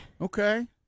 Okay